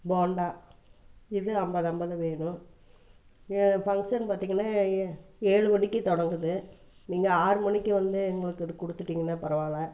போண்டா இது ஐம்பது ஐம்பது வேணும் ஃபங்க்ஷன் பார்த்திங்கன்னா ஏழு மணிக்கு தொடங்குது நீங்கள் ஆறு மணிக்கு வந்து எங்களுக்கு இது கொடுத்துட்டீங்கன்னா பரவாயில்ல